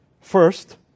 First